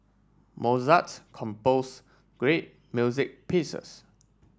Mozart compose great music pieces